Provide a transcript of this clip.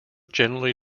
generally